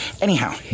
Anyhow